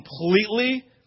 completely